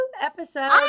episode